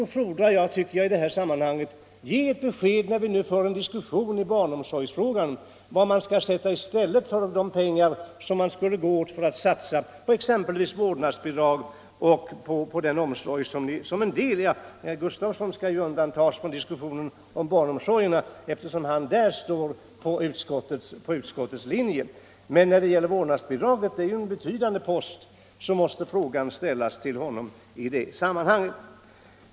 Ge ett besked, när vi nu för en diskussion i barnomsorgsfrågan, om vad som skall sättas i stället för de pengar som skulle satsas på exempelvis vårdnadsbidrag! Herr Gustavsson i Alvesta skall undantas från diskussionen om barnomsorgen, eftersom han på den punkten följer utskottets linje, men när det gäller vårdnadsbidraget — och det är en betydande post — måste frågan ställas också till honom.